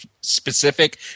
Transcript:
specific